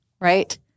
right